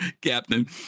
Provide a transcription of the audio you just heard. Captain